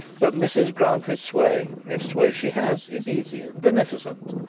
but mrs grantly's sway, if sway she has, is easy and beneficent.